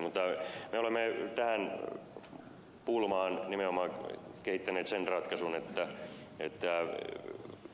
mutta me olemme tähän pulmaan nimenomaan kehittäneet sen ratkaisun että